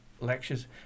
lectures